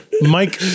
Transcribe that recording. Mike